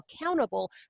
accountable